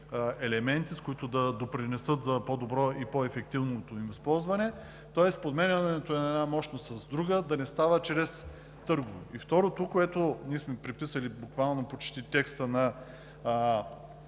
елементи, с които да допринесат за по-доброто и по-ефективното им използване – тоест подменянето на една мощност с друга да не става чрез търгове. И, второ, ние сме преписали почти буквално текста на